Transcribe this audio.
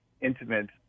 intimate